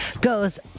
goes